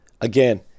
again